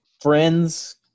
friends